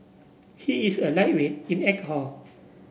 he is a lightweight in alcohol